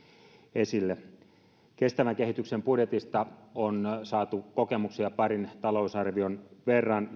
esille kestävän kehityksen budjetista on saatu kokemuksia parin talousarvion verran